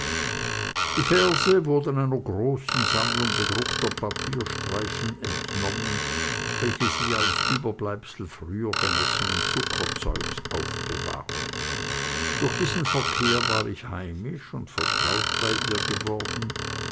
die verse wurden einer großen sammlung bedruckter papierstreifchen entnommen welche sie als überbleibsel früher genossenen zuckerzeuges aufbewahrte durch diesen verkehr war ich heimisch und vertraut bei ihr geworden